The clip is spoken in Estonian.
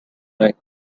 aeg